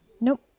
Nope